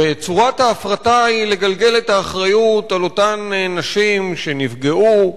וצורת ההפרטה היא לגלגל את האחריות על אותן נשים שנפגעו.